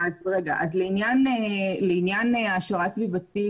לעניין העשרה סביבתית,